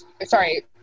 sorry